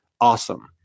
awesome